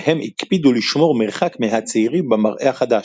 והם הקפידו לשמור מרחק מהצעירים במראה החדש,